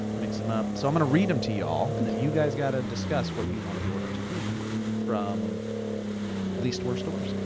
mix them up. so i'm gonna read em to y'all, and then you guys gotta discuss what you want the order to be from least worst to worst.